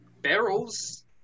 barrels